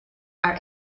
are